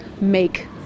make